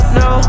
no